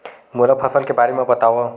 मोला फसल के बारे म बतावव?